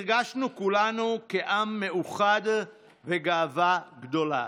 הרגשנו כולנו כעם מאוחד וגאווה גדולה.